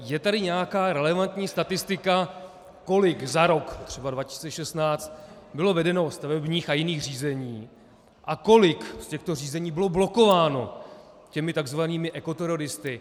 Je tady nějaká relevantní statistika, kolik za rok třeba 2016 bylo vedeno stavebních a jiných řízení a kolik z těchto řízení bylo blokováno těmi tzv. ekoteroristy?